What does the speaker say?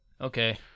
Okay